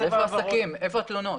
איפה התלונות?